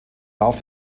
lauf